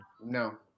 no